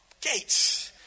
gates